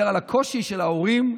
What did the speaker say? על הקושי של ההורים,